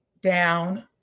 down